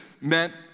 meant